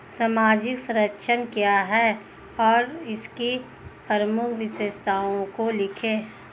सामाजिक संरक्षण क्या है और इसकी प्रमुख विशेषताओं को लिखिए?